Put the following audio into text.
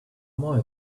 more